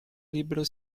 libro